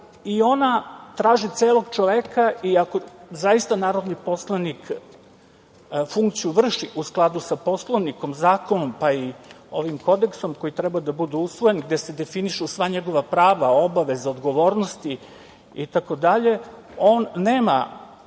i ona traži celog čoveka. Ako zaista narodni poslanik funkciju vrši u skladu sa Poslovnikom, zakonom, pa i ovim kodeksom, koji treba da bude usvojen, gde se definišu sva njegova prava, obaveze, odgovornosti itd, on nema